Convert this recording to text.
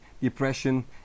depression